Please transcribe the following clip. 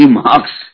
marks